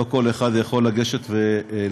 לא כל אחד יכול לגשת לוותמ"ל,